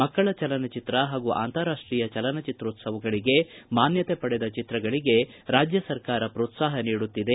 ಮಕ್ಕಳ ಚಲನಚಿತ್ರ ಹಾಗೂ ಅಂತಾರಾಷ್ಷೀಯ ಚಲನಚಿತ್ರೋತ್ಸವಗಳಿಗೆ ಮಾನ್ನತೆ ಪಡೆದ ಚಿತ್ರಗಳಿಗೆ ರಾಜ್ಯ ಸರ್ಕಾರ ಪ್ರೋತ್ಸಾಹ ನೀಡುತ್ತಿದೆ